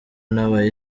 n’aba